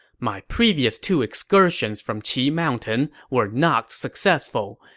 my previous two excursions from qi mountain were not successful,